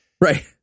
Right